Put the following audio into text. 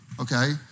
okay